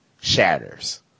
Shatters